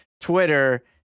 Twitter